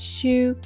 Shoe